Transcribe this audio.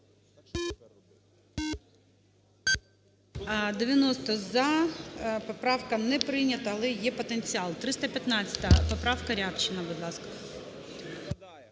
За-90 Поправка не прийнята, але є потенціал. 315 поправка Рябчина, будь ласка.